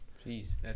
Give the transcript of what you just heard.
Please